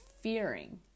fearing